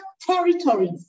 territories